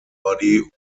body